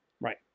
Right